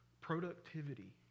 productivity